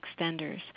extenders